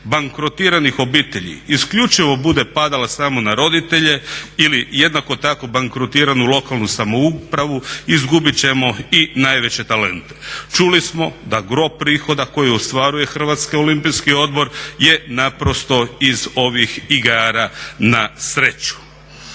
bankrotiranih obitelji isključivo bude padala samo na roditelje ili jednako tako bankrotiranu lokalnu samoupravu izgubiti ćemo i najveće talente. Čuli smo da gro prihoda koje ostvaruje Hrvatski olimpijski odbor je naprosto iz ovih igara na sreću.